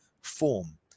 form